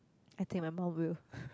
I think my mom will